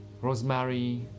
rosemary